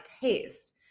taste